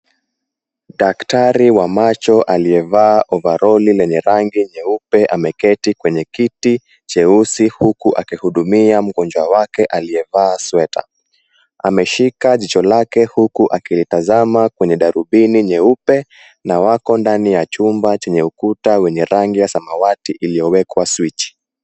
Daktari wa macho aliyevaa ovaroli lenye rangi nyeupe ameketi kwenye kiti cheusi huku akihudumia mgonjwa wake aliyevaa sweta. Ameshika jicho lake huku akilitazama kwenye darubini nyeupe na wako ndani ya chumba chenye ukuta wenye rangi ya samawati iliyowekwa switch .